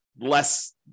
less